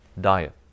diet